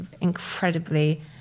incredibly